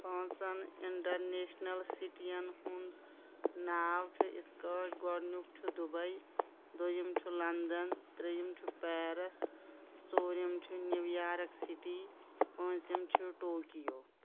پانٛژن اِنٹرنیشنل سِٹین ہُنٛد ناو چُھ یِتھ کاٹھۍ گۄڈٕنیُک چُھ دُبیۍ دوٚیِم چُھ لندن ترٛیٚیِم چُھ پیرس ژوٗرِم چُھ نیوٗیارک سِٹی پونژِم چھ ٹوکیو